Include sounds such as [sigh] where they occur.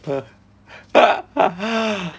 [laughs] but ah